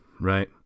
Right